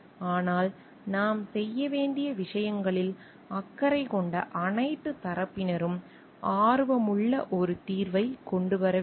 ஆனால் நாம் செய்ய வேண்டிய விஷயங்களில் அக்கறை கொண்ட அனைத்து தரப்பினருக்கும் ஆர்வமுள்ள ஒரு தீர்வைக் கொண்டு வர முயற்சிக்க வேண்டும்